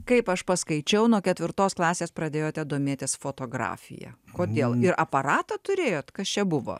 kaip aš paskaičiau nuo ketvirtos klasės pradėjote domėtis fotografija kodėl ir aparatą turėjot kas čia buvo